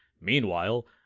Meanwhile